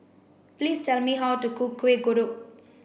please tell me how to cook Kuih Kodok